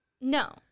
No